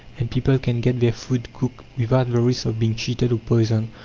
and people can get their food cooked without the risk of being cheated or poisoned,